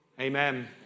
Amen